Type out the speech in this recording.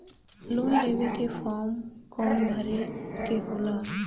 Loan लेवे के form कौन भरे के होला?